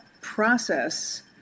process